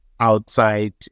outside